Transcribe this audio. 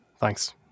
Thanks